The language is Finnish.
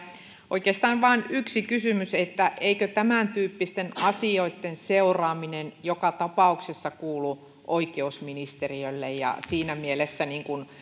oikeastaan vain yksi kysymys eikö tämäntyyppisten asioitten seuraaminen joka tapauksessa kuulu oikeusministeriölle siinä mielessä